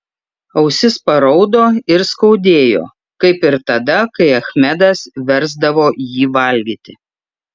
ausis paraudo ir skaudėjo kaip ir tada kai achmedas versdavo jį valgyti